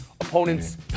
opponents